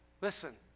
Listen